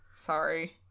Sorry